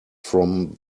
from